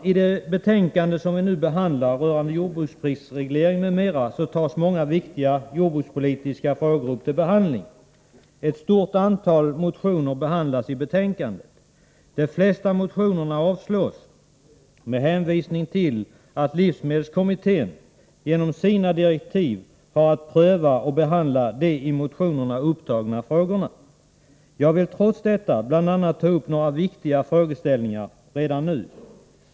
I det betänkande som vi nu behandlar, rörande jordbruksprisregleringen m.m., tas många viktiga jordbrukspolitiska frågor upp till behandling. Ett stort antal motioner behandlas i betänkandet. De flesta av dessa motioner avstyrks med hänvisning till att livsmedelskommittén enligt sina direktiv har att pröva och behandla de i motionerna upptagna frågorna. Jag vill trots detta bl.a. ta upp några viktiga frågeställningar redan nu.